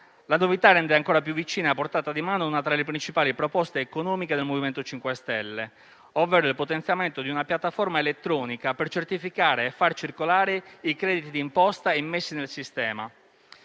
La novità rende ancora più vicina e a portata di mano una tra le principali proposte economiche del MoVimento 5 Stelle, ovvero il potenziamento di una piattaforma elettronica per certificare e far circolare i crediti di imposta immessi nel sistema.